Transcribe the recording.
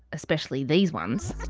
especially these ones.